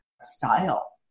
style